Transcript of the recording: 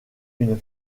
une